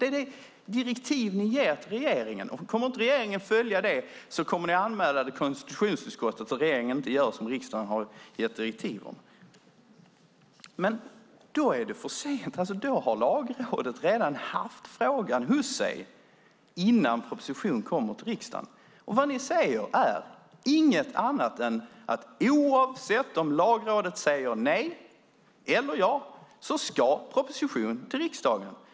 Det är det direktiv ni ger till regeringen, och kommer inte regeringen att följa det kommer ni att anmäla till konstitutionsutskottet att regeringen inte gör som riksdagen har gett direktiv om. Då är det dock för sent. Då har Lagrådet redan haft frågan hos sig, innan propositionen kommer till riksdagen. Vad ni säger är inget annat än att oavsett om Lagrådet säger nej eller ja ska propositionen till riksdagen.